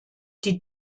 die